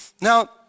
Now